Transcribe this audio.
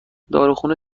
داروخانه